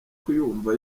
kuyumva